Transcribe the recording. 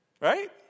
right